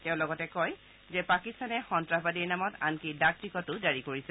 তেওঁ লগতে কয় যে পাকিস্তানে সন্তাসবাদীৰ নামত আনকি ডাক টিকটো জাৰি কৰিছে